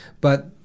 But-